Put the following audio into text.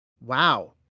Wow